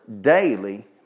daily